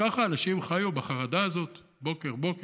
וככה אנשים חיו בחרדה הזאת בוקר-בוקר,